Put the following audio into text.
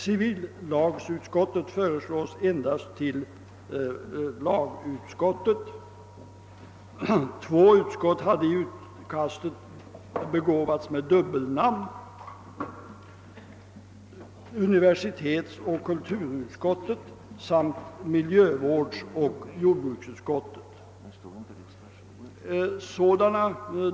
Civillagsutskottet föreslås bli kallat endast lagutskottet. Två utskott hade i utkastet begåvats med dubbelnamn — universitetsoch kulturutskottet samt miljövårdsoch jordbruksutskottet.